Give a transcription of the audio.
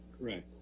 Correct